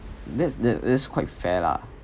that that that's quite fair lah